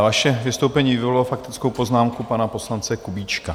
Vaše vystoupení vyvolalo faktickou poznámku pana poslance Kubíčka.